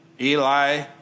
Eli